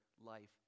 life